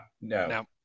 no